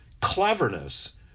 cleverness